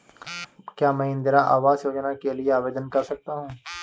क्या मैं इंदिरा आवास योजना के लिए आवेदन कर सकता हूँ?